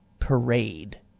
parade